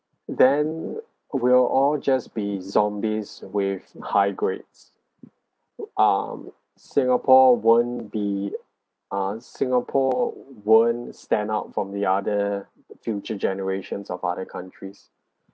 then we'll all just be zombies with high grades um singapore won't be uh singapore won't stand out from the other future generations of other countries